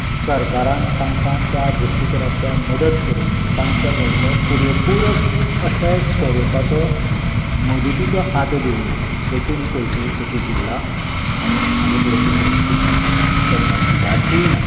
सरकारान तांकां त्या दृश्टीकोनातल्यान मदत करून तांच्या वेवसाय पुरेपुरक अशे स्वरुपाचो मदतीचो हात दिवंक ना देखून ही परिस्थिती तशीच उरल्या आनी हाजे फुडें ती परिस्थिती केन्नाच सुदरचीय ना